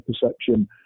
perception